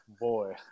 Boy